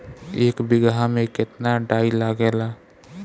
एक बिगहा में केतना डाई लागेला?